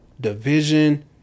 Division